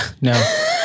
no